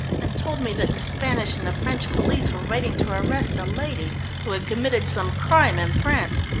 and told me that the spanish and the french police were waiting to arrest a lady who had committed some crime in france.